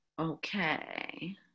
Okay